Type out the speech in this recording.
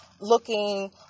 looking